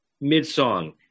mid-song